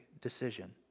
decision